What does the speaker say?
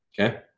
Okay